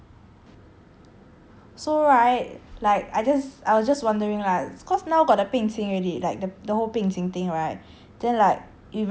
so right like I just I was just wondering like cause now got the 病情 already like the whole 病情 thing then like you very long never travelled already